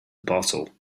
bottle